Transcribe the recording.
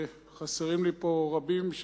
חסרים לי פה רבים,